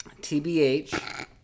TBH